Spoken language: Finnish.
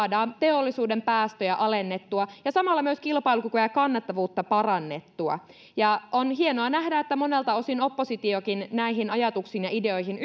investointeja joilla tehokkaimmin saadaan teollisuuden päästöjä alennettua ja samalla myös kilpailukykyä ja ja kannattavuutta parannettua on hienoa nähdä että monelta osin oppositiokin näihin ajatuksiin ja ideoihin